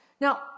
Now